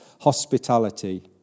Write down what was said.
hospitality